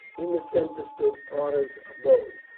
in the centre stood parta's abode,